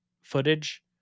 footage